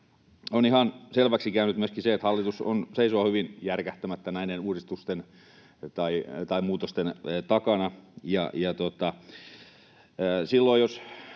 On ihan selväksi käynyt myöskin se, että hallitus seisoo hyvin järkähtämättä näiden uudistusten tai muutosten takana. Ja silloin jos